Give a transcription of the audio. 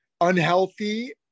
unhealthy